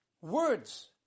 words